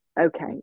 Okay